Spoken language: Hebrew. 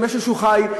משהו שהוא חי,